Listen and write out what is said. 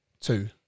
two